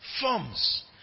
forms